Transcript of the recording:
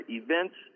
events